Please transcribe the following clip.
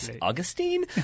Augustine